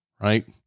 Right